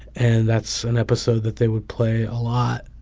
and that's an episode that they would play a lot.